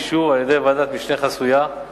אישור על-ידי ועדת משנה חסויה),